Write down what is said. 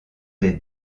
des